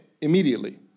immediately